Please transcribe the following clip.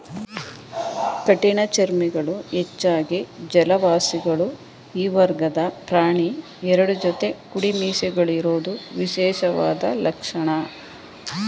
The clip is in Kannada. ಕಠಿಣಚರ್ಮಿಗಳು ಹೆಚ್ಚಾಗಿ ಜಲವಾಸಿಗಳು ಈ ವರ್ಗದ ಪ್ರಾಣಿ ಎರಡು ಜೊತೆ ಕುಡಿಮೀಸೆಗಳಿರೋದು ವಿಶೇಷವಾದ ಲಕ್ಷಣ